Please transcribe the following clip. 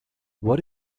what